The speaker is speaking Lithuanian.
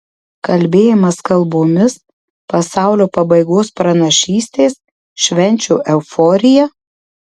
kalbėjimas kalbomis pasaulio pabaigos pranašystės švenčių euforija